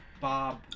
Bob